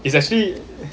it's actually